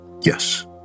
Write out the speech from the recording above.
yes